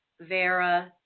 vera